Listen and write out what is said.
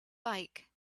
bike